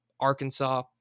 Arkansas